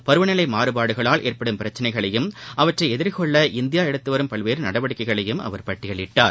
பருவநிலை மாறுபாடுகளால் ஏற்படும் பிரச்சினைகளையும் அவற்றை எதிர்ககொள்ள இந்தியா எடுத்துவரும் பல்வேறு நடவடிக்கைகளையும் அவர் பட்டியலிட்டார்